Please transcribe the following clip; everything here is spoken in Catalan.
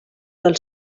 del